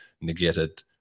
negated